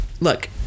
Look